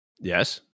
yes